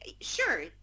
Sure